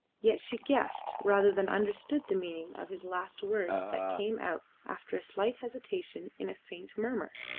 yet she guessed rather than understood the meaning of his last words that came out after a slight hesitation in a faint murmur,